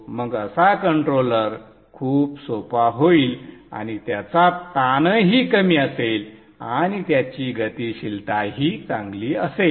मग असा कंट्रोलर खूप सोपा होईल आणि त्याचा ताणही कमी असेल आणि त्याची गतीशीलताही चांगली असेल